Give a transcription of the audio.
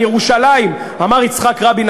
על ירושלים אמר יצחק רבין,